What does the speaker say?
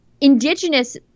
indigenous